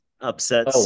upset